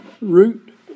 root